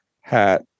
hat